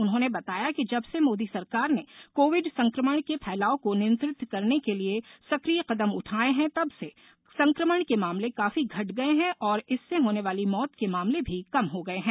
उन्होंने बताया कि जब से मोदी सरकार ने कोविड संक्रमण के फैलाव को नियंत्रित करने के लिए सक्रिय कदम उठाये हैं तब से संक्रमण के मामले काफी घट गये हैं और इससे होने वाली मौत के मामले भी कम हो गये हैं